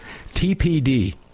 TPD